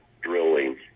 drilling